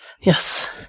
Yes